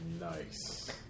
Nice